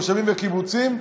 מושבים וקיבוצים,